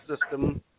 system